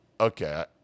okay